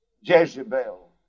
Jezebel